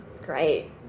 great